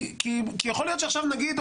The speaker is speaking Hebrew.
כי יכול להיות שעכשיו נגיד,